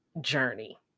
journey